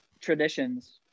traditions